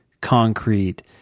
concrete